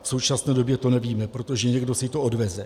V současné době to nevíme, protože někdo si to odveze.